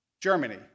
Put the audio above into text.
Germany